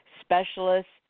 specialists